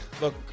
look